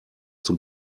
zum